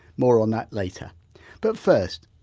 more on that later but first,